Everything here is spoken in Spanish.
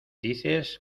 dices